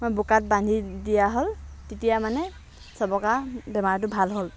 মই বোকাত বান্ধি দিয়া হ'ল তেতিয়া মানে চবকা বেমাৰটো ভাল হ'ল